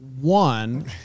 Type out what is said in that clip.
one